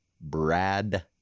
Brad